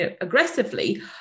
aggressively